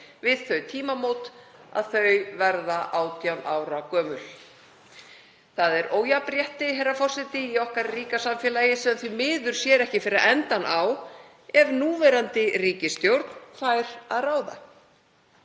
við þau tímamót að þau verða 18 ára gömul. Það er ójafnrétti, herra forseti, í okkar ríka samfélagi sem því miður sér ekki fyrir endann á ef núverandi ríkisstjórn fær að ráða.